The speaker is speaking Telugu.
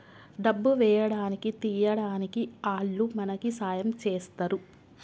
డబ్బు వేయడానికి తీయడానికి ఆల్లు మనకి సాయం చేస్తరు